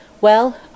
Well